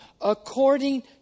According